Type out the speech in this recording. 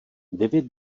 devět